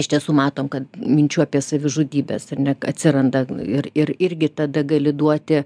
iš tiesų matom kad minčių apie savižudybes ar ne atsiranda ir ir irgi tada gali duoti